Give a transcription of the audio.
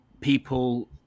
people